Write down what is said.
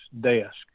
desk